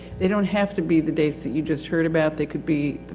they don't have to be the dates that you just heard about they could be.